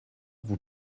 vous